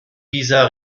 dieser